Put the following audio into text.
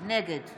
נגד